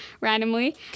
randomly